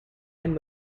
and